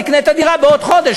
תקנה את הדירה בעוד חודש,